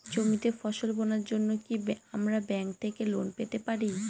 জমিতে ফসল বোনার জন্য কি আমরা ব্যঙ্ক থেকে লোন পেতে পারি?